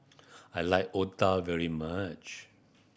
I like otah very much